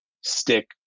stick